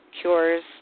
cures